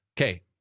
Okay